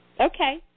okay